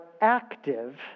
active